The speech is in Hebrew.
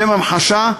לשם המחשה,